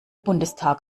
bundestag